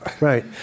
Right